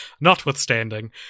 notwithstanding